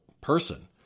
person